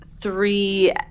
three